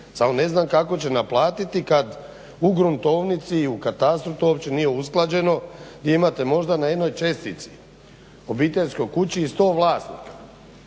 Samo ne znam kako će naplatiti kada u gruntovnici i u katastru to uopće nije usklađeno gdje imate možda na jednoj čestici obiteljskoj kući 100 vlasnika